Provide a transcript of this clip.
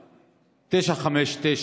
959,